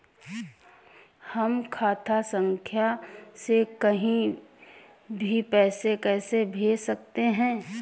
हम खाता संख्या से कहीं भी पैसे कैसे भेज सकते हैं?